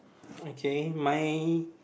okay my